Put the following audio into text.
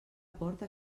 porta